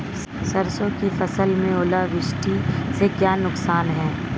सरसों की फसल में ओलावृष्टि से क्या नुकसान है?